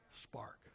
spark